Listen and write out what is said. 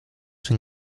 czy